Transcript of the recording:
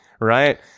right